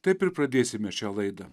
taip ir pradėsime šią laidą